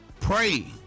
pray